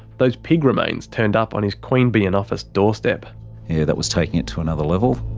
those pig remains turned up on his queanbeyan office doorstep. yeah that was taking it to another level.